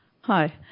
Hi